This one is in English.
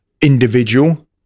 individual